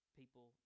people